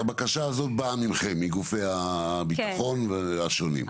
הבקשה הזאת באה מכם, מגופי הביטחון השונים?